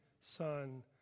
son